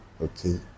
okay